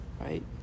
Right